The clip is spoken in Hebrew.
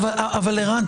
ערן,